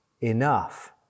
enough